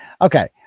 Okay